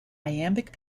iambic